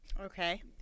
okay